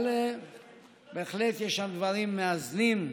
אבל בהחלט יש שם דברים מאזנים,